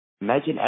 Imagine